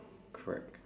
correct